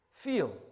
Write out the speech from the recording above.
Feel